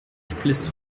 spliss